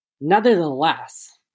Nevertheless